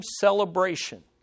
celebration